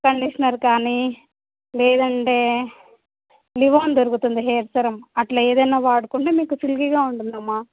conditioner కానీ లేదంటే Livon దొరుకుతుంది హెయిర్ సీరం అట్లా ఏదైనా వాడుకుంటే మీకు సిల్కీగా ఉంటుందమ్మా